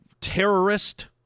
terrorist